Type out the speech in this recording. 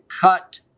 cut